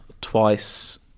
twice